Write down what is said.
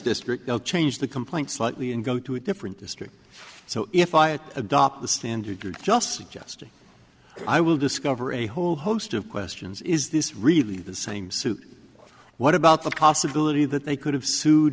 district they'll change the complaint slightly and go to a different district so if i adopt the standard good just suggest i will discover a whole host of questions is this really the same suit what about the possibility that they could have sued